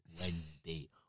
Wednesday